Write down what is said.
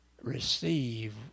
receive